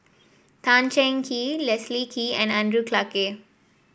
Tan Cheng Kee Leslie Kee and Andrew Clarke